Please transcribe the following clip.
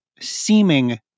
seeming